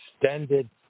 extended